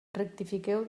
rectifiqueu